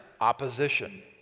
Opposition